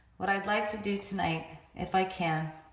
what i'd like to do tonight, if i can,